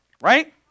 right